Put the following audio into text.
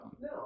No